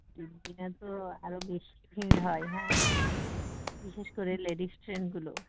ছুটির দিনে তো আরও বেশি ভিড় হয় হ্যাঁ বিশেষ করে লেডিজ ট্রেনগুলো